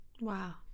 Wow